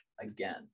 again